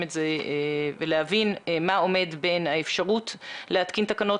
את זה ולהבין מה עומד בין האפשרות להתקין תקנות